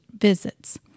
visits